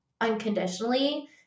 unconditionally